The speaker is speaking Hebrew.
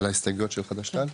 על ההסתייגויות של חד"ש תע"ל?